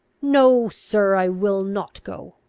no, sir, i will not go.